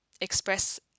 express